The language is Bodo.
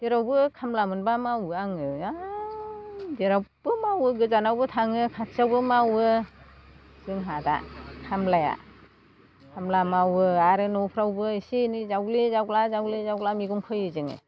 जेरावबो खामला मोनबा मावो आङो जेरावबो मावो गोजानावबो थाङो खाथियावबो मावो जोंहा दा खामलाया खामला मावो आरो न'फ्रावबो एसे एनै जावग्लि जावग्ला जावग्लि जावग्ला मैगं फोयो जोङो